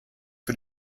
für